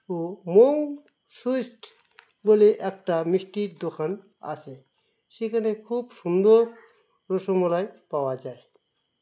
ও Mou sweets বলে একটা মিষ্টির দোকান আছে সেখানে খুব সুন্দর রসমলাই পাওয়া যায়